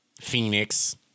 Phoenix